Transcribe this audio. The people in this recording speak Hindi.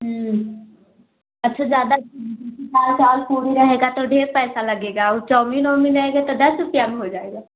अच्छा ज़्यादा दाल चावल पूड़ी रहेगा तो डेढ़ पैसे लगेगा और चाऊमीन वाउमीन रहेगा तो दस रुपया में हो जाएगा